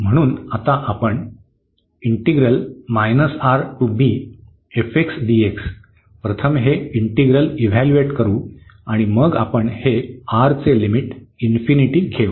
म्हणून आता आपण प्रथम हे इंटींग्रल इव्हॅलयूट करू आणि मग आपण हे R चे लिमिट घेऊ